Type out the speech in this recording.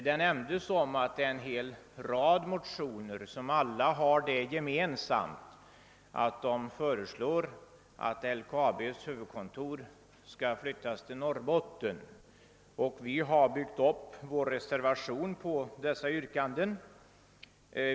Det har som nämnts väckts en hel del motioner i denna fråga, och alla har det gemensamt att de föreslår att LKAB:s huvudkontor skall flyttas till Norrbotten. Vi har byggt upp vår reservation på dessa yrkanden.